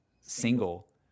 single